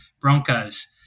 Broncos